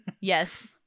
Yes